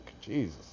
Jesus